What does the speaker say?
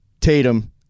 Tatum